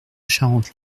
charente